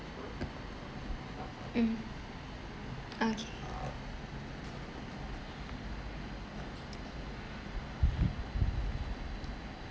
mm okay